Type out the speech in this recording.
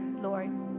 Lord